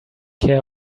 care